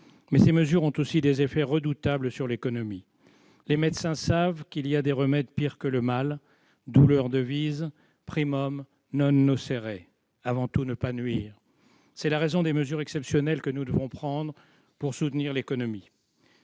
Mais ces mesures ont aussi des effets redoutables sur l'économie. Les médecins savent qu'il y a des remèdes pires que le mal. De là leur devise, : avant tout, ne pas nuire. C'est la raison des mesures exceptionnelles que nous devons prendre pour soutenir l'économie.